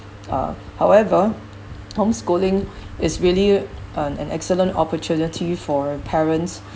uh however homeschooling is really an excellent opportunity for parents